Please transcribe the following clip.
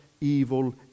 evil